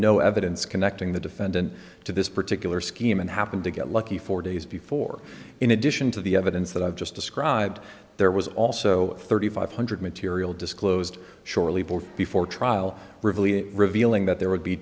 no evidence connecting the defendant to this particular scheme and happened to get lucky four days before in addition to the evidence that i've just described there was also thirty five hundred material disclosed shortly before trial really revealing that there would be